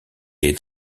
est